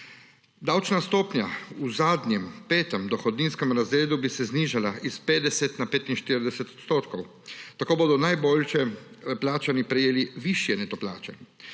Davčna stopnja v zadnjem, petem dohodninskem razredu bi se znižala s 50 na 45 odstotkov, tako bodo najbolje plačani prejeli višje neto plače.